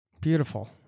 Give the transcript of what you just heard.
Beautiful